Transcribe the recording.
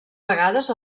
vegades